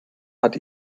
hat